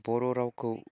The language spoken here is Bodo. बर' रावखौ